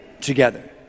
together